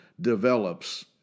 develops